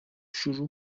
شروع